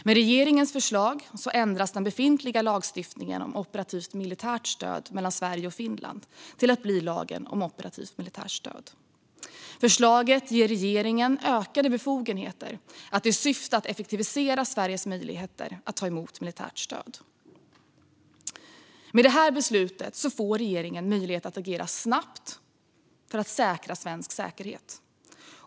Med regeringens förslag ändras den befintliga lagen om operativt militärt stöd mellan Sverige och Finland till att bli lagen om operativt militärt stöd. Förslaget ger regeringen ökade befogenheter i syfte att effektivisera Sveriges möjligheter att ta emot militärt stöd. Med det här beslutet får regeringen möjlighet att agera snabbt för att säkra svensk säkerhet.